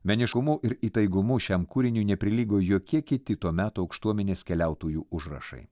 meniškumu ir įtaigumu šiam kūriniui neprilygo jokie kiti to meto aukštuomenės keliautojų užrašai